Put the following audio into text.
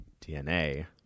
DNA